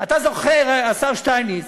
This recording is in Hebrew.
אתה זוכר, השר שטייניץ,